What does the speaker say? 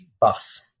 bus